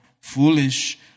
foolish